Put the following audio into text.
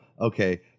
Okay